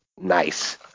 nice